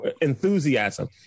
enthusiasm